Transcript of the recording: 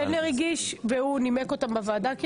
והוא נימק אותם בוועדה?